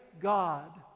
God